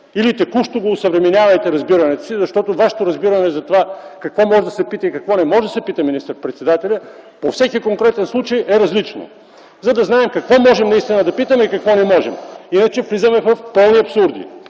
или текущо осъвременявайте разбирането си. Защото Вашето разбиране за това какво може да се пита и какво не може да се пита министър-председателя, по всеки конкретен случай е различно, за да знаем какво можем наистина да питаме и какво не можем. Иначе влизаме в пълни абсурди